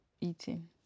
eating